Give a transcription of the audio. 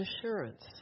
assurance